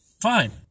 Fine